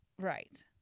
right